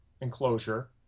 enclosure